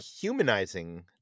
humanizing